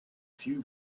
few